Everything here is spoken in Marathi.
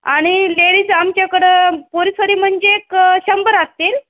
आणि लेडीज आमच्याकडे पोरीसोरी म्हणजे एक शंभर असतील